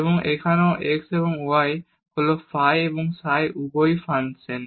এবং এখানেও x এবং y হল ফাই এবং সাই ফাংশন